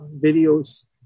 videos